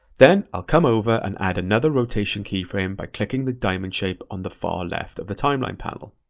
then, i'll come over and add another rotation keyframe by clicking the diamond shape on the far left of the timeline panel.